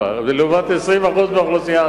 1.4%, לעומת 20% מהאוכלוסייה.